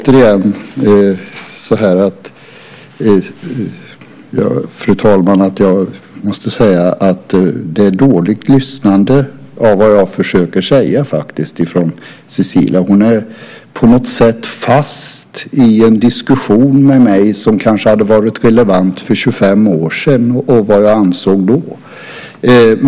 Fru talman! Det är dåligt lyssnande av vad jag försöker säga från Cecilias sida. Hon är på något sätt fast i en diskussion med mig som kanske hade varit relevant för 25 år sedan och vad jag ansåg då.